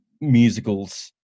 musicals